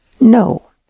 No